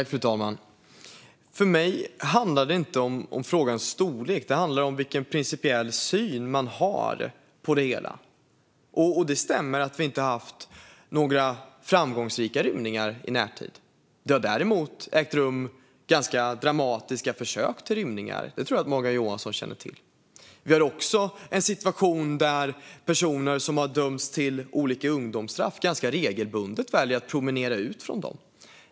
Fru talman! För mig handlar det inte om frågans storlek utan om vilken principiell syn man har på det hela. Det stämmer att vi inte har haft några framgångsrika rymningar i närtid. Det har däremot ägt rum ganska dramatiska försök till rymningar. Det tror jag att Morgan Johansson känner till. Vi har också en situation där personer som dömts till olika ungdomsstraff ganska regelbundet väljer att promenera ut från dem.